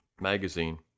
magazine